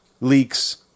leaks